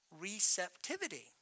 receptivity